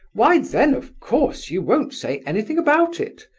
why, then of course, you won't say anything about it.